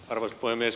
arvoisa puhemies